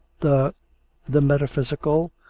the the metaphysical,